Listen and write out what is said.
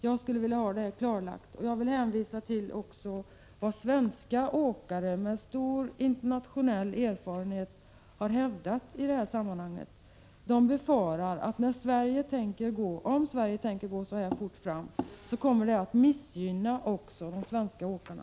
Jag skulle vilja ha det här klarlagt. Jag hänvisar till vad svenska åkare med stor internationell erfarenhet har hävdat i detta sammanhang. De befarar att om Sverige går så här fort fram kommer det att missgynna också de svenska åkarna.